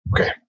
Okay